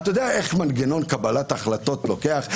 אתה יודע איך מנגנון קבלת החלטות לוקח?